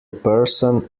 person